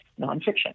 nonfiction